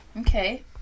Okay